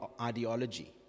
ideology